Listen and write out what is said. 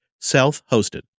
self-hosted